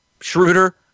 Schroeder